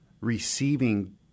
receiving